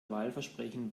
wahlversprechen